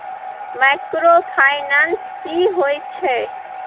Microfinance की होय छै?